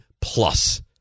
plus